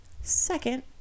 Second